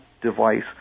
device